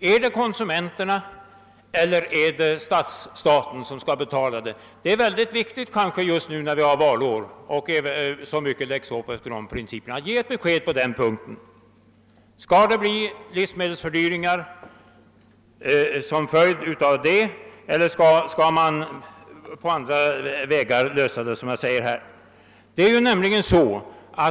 är det konsumenterna eller är det staten som skall betala det? Det är väldigt viktigt kanske just nu när det är valår. Ge ett besked på den punkten! Skall det bli livsmedelsfördyringar som följd av det eller skall man på andra vägar lösa frågan?